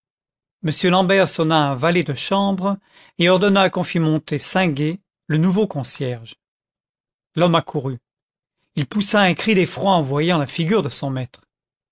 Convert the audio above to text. m l'ambert sonna un valet de chambre et ordonna qu'on fît monter singuet le nouveau concierge l'homme accourut il poussa un cri d'effroi en voyant la figure de son maître